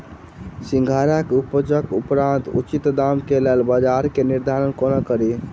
सिंघाड़ा केँ उपजक उपरांत उचित दाम केँ लेल बजार केँ निर्धारण कोना कड़ी?